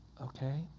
Okay